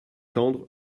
tendre